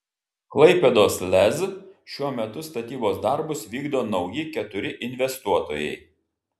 klaipėdos lez šiuo metu statybos darbus jau vykdo keturi nauji investuotojai